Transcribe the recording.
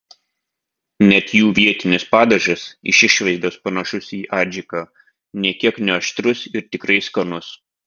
net jų vietinis padažas iš išvaizdos panašus į adžiką nė kiek neaštrus ir tikrai skanus